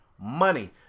money